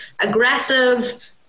aggressive